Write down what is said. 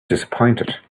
disappointed